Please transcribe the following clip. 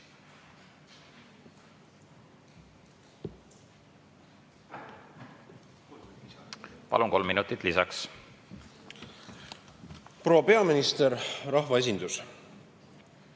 Palun, kolm minutit lisaks. Proua peaminister! Rahvaesindus!